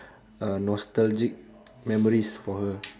uh nostalgic memories for her